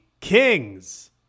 Kings